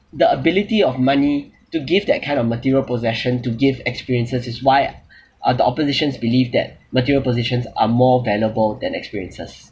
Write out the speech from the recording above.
the ability of money to give that kind of material possession to give experiences it's why uh the opposition believe that material possessions are more valuable than experiences